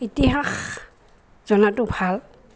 ইতিহাস জনাতো ভাল